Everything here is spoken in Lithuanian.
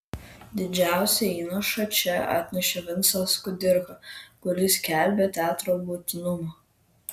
didžiausią įnašą čia atnešė vincas kudirka kuris skelbė teatro būtinumą